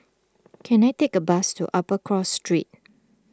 can I take a bus to Upper Cross Street